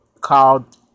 called